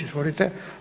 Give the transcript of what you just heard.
Izvolite.